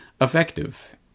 effective